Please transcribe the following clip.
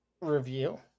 review